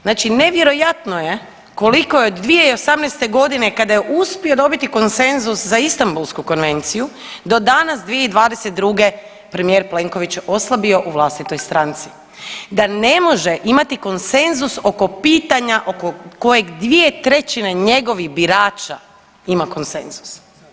Znači nevjerojatno je koliko je 2018. godine kada je uspio dobiti konsenzus za Istanbulsku konvenciju do danas 2022. premijer Plenković oslabio u vlastitoj stranci da ne može imati konsenzus oko pitanja oko kojeg 2/3 njegovih birača ima konsenzus.